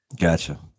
Gotcha